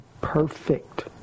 perfect